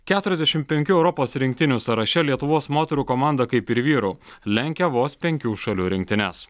keturiasdešimt penkių europos rinktinių sąraše lietuvos moterų komanda kaip ir vyrų lenkia vos penkių šalių rinktines